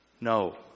No